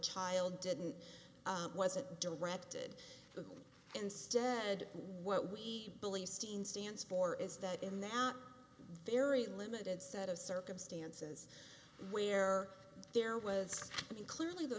child didn't wasn't directed instead what we believe steen stands for is that in that very limited set of circumstances where there was a clearly the